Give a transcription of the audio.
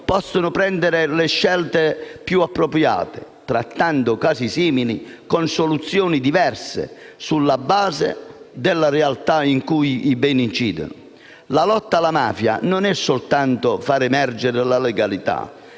possono prendere le scelte più appropriate, trattando casi simili con soluzioni diverse sulla base della realtà in cui i beni incidono. La lotta alla mafia non è soltanto far emergere la legalità: